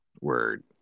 Word